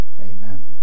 Amen